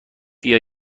بیا